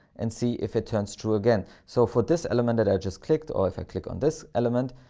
and see if it turns true again. so for this element that i just clicked, or if i click on this element,